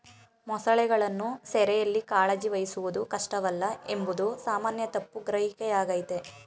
ಮೊಸಳೆಗಳನ್ನು ಸೆರೆಯಲ್ಲಿ ಕಾಳಜಿ ವಹಿಸುವುದು ಕಷ್ಟವಲ್ಲ ಎಂಬುದು ಸಾಮಾನ್ಯ ತಪ್ಪು ಗ್ರಹಿಕೆಯಾಗಯ್ತೆ